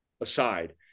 aside